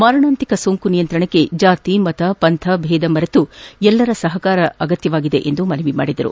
ಮಾರಣಾಂತಿಕ ಸೋಂಕು ನಿಯಂತ್ರಣಕ್ಕೆ ಜಾತಿ ಮತ ಪಂಥ ಬೇಧ ಮರೆತು ಎಲ್ಲರ ಸಹಕಾರ ಅಗತ್ಯ ಎಂದು ಮನವಿ ಮಾಡಿದರು